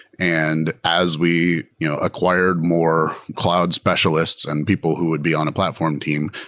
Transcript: and as we you know acquired more cloud specialists and people who would be on a platform team,